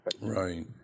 Right